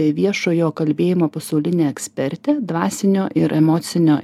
viešojo kalbėjimo pasaulinė ekspertė dvasinio ir emocinio